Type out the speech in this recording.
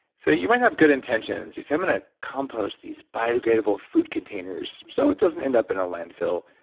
so you might have good intentions, you say, i'm going to ah compost these biodegradable food containers so it doesn't end up in a landfill,